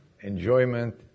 enjoyment